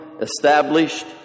Established